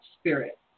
spirit